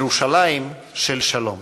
ירושלים של שלום".